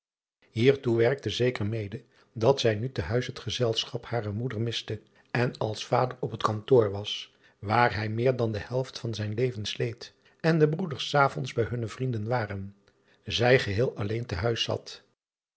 iertoe werkte zeker mede dat zij nu te huis het gezelschap harer moeder miste en als vader op t kantoor was waar hij meer dan de helft van zijn leven sleet en de broeders s avonds bij hunne vrienden waren zij geheel alleen te huis zat